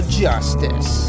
justice